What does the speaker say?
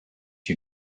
you